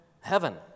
heaven